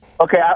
Okay